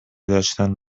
داشتن